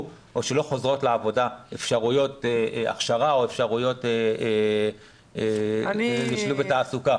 או שלא חוזרות לעבודה אפשרויות הכשרה או אפשרויות לשילוב בתעסוקה.